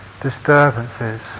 disturbances